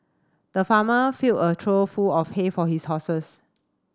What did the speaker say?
the farmer filled a trough full of hay for his horses